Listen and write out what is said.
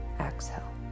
exhale